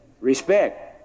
Respect